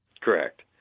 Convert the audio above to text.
Correct